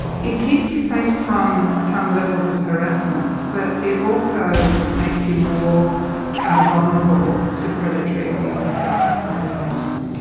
it keeps you safe from from some levels of harassment but it also makes you more vulnerable to predatory abuse as well at the same time.